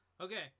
okay